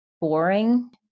boring